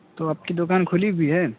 تو آپ کی دکان کھلی ہوئی ہے